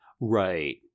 right